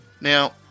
Now